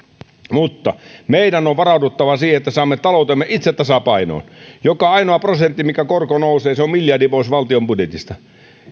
mutta meidän on varauduttava siihen että saamme itse taloutemme tasapainoon joka ainoa prosentti minkä korko nousee on miljardi pois valtion budjetista